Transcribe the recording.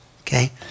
Okay